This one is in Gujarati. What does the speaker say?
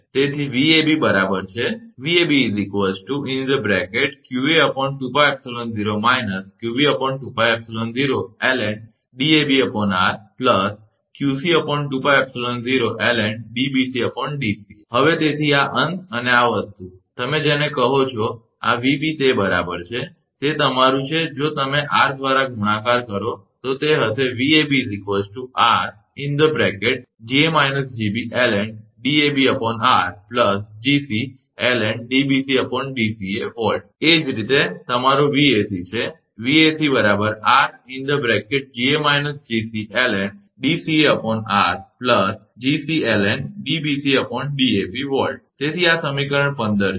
તેથી 𝑉𝑎𝑏 બરાબર છે હવે તેથી આ અંશ અને આ વસ્તુ તમે જેને આ કહો છો આ 𝑉𝑎𝑏 તે બરાબર છે તે તમારું છે જો તમે r દ્વારા ગુણાકાર કરો તો તે હશે એ જ રીતે તમારો 𝑉𝑎𝑐 છે તેથી આ ખરેખર સમીકરણ 15 છે